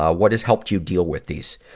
ah what has helped you deal with these?